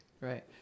right